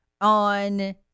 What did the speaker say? On